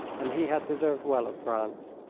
and he had deserved well of france.